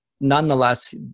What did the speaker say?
nonetheless